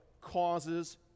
causes